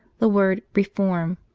the word reform,